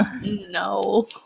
No